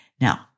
Now